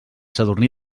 sadurní